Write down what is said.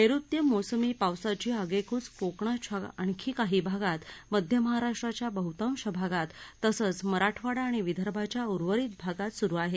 नैऋत्य मोसमी पावसाची आगेकूच कोकणाच्या आणखी काही भागात मध्य महाराष्ट्राच्या बहुतांश भागात तसंच मराठवाडा आणि विदर्भाच्या उर्वरित भागात सुरु आहे